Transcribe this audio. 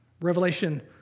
Revelation